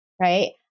right